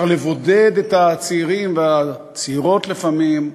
אפשר לבודד את הצעירים והצעירות לפעמים,